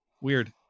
weird